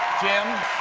jim?